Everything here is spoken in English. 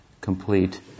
complete